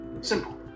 simple